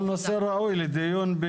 אבל נושא ראוי לדיון,